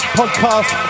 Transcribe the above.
podcast